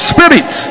Spirit